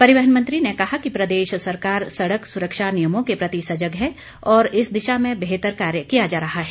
परिवहन मंत्री ने कहा कि प्रदेश सरकार सड़क सुरक्षा नियमों के प्रति सजग है और इस दिशा में बेहतर कार्य किया जा रहा है